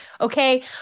okay